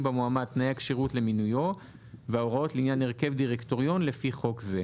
במועמד תנאי הכשירות למינויו וההוראות לעניין הרכב דירקטוריון לפי חוק זה.